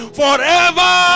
forever